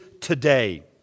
today